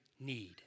need